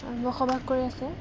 বসবাস কৰি আছে